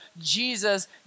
Jesus